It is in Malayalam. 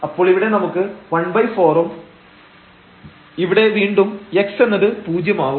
അപ്പോൾ ഇവിടെ നമുക്ക് ¼ ഉം ഇവിടെ വീണ്ടും x എന്നത് പൂജ്യമാവും